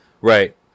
right